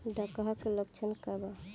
डकहा के लक्षण का वा?